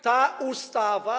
Ta ustawa.